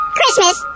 Christmas